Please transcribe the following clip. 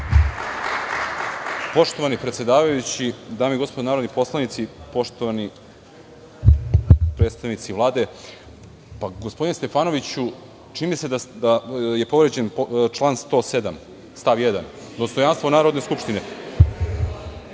Poštovani predsedavajući, dame i gospodo narodni poslanici, poštovani predstavnici Vlade, gospodine Stefanoviću, čini mi se da je povređen član 107. stav 1. dostojanstvo Narodne skupštine. Molim